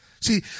See